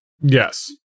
Yes